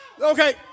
Okay